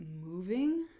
moving